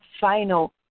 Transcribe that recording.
final